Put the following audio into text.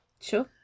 Sure